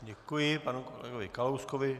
Děkuji panu kolegovi Kalouskovi.